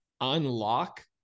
unlock